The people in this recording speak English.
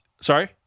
Sorry